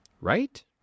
Right